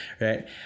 right